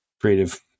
creative